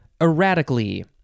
erratically